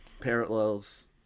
parallels